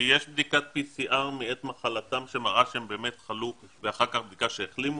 שיש בדיקת PCR מעת מחלתם שמראה שהם באמת חלו ואחר כך בדיקה שהחלימו,